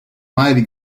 mighty